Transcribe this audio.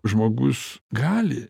žmogus gali